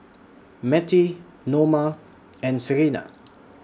Mettie Noma and Serina